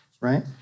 right